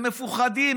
הם מפוחדים.